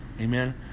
Amen